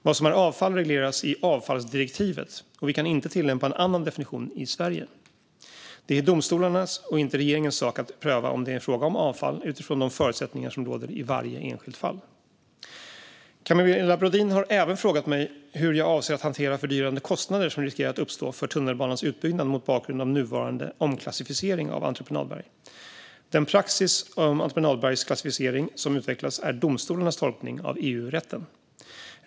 Vad som är avfall regleras i avfallsdirektivet, och vi kan inte tillämpa en annan definition i Sverige. Det är domstolarnas och inte regeringens sak att pröva om det är fråga om avfall utifrån de förutsättningar som råder i varje enskilt fall. Camilla Brodin har även frågat mig hur jag avser att hantera fördyringar som riskerar att uppstå i samband med tunnelbanans utbyggnad mot bakgrund av nuvarande omklassificering av entreprenadberg. Den praxis om entreprenadbergs klassificering som utvecklas är domstolarnas tolkning av EU-rätten.